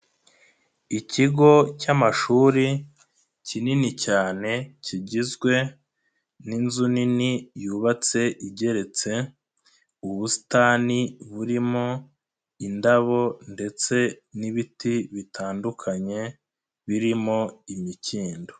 Ikigo cy'amashuri kinini cyane kigizwe n'inzu nini yubatse igeretse, ubusitani burimo indabo ndetse n'ibiti bitandukanye, birimo imikindo.